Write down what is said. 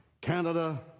Canada